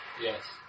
Yes